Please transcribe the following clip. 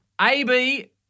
AB